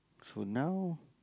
so now